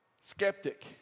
skeptic